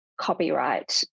copyright